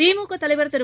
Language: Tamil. திமுக தலைவர் திரு